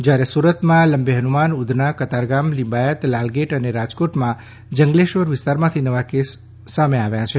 જયારે સુરતમાં લંબેહનુમાન ઉધના કતારગામ લિંબાયત લાલગેટ અને રાજકોટમાં જંગલેશ્વર વિસ્તારમાંથી નવા કેસ સામે આવ્યા છે